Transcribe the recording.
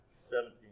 Seventeen